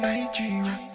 Nigeria